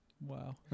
Wow